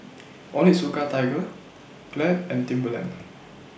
Onitsuka Tiger Glad and Timberland